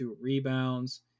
rebounds